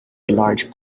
large